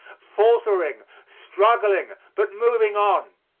faltering, struggling, but moving on,